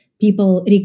people